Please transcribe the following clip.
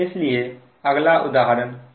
इसलिए अगला उदाहरण 9 है